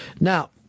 Now